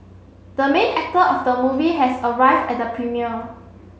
the main actor of the movie has arrived at the premiere